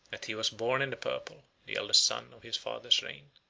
that he was born in the purple, the eldest son of his father's reign.